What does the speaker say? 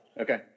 Okay